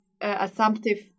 assumptive